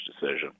decision